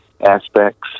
aspects